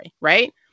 right